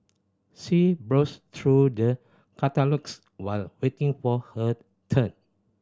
she browsed through the catalogues while waiting for her turn